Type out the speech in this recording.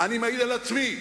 אני מעיד על עצמי,